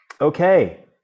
okay